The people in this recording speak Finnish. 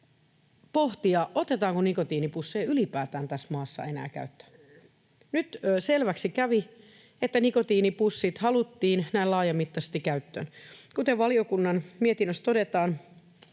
pohtia, otetaanko nikotiinipusseja ylipäätään tässä maassa enää käyttöön. Nyt selväksi kävi, että nikotiinipussit haluttiin näin laajamittaisesti käyttöön. Kuten valiokunnan mietinnössä todetaan,